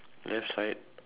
left side